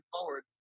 forward